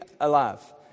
alive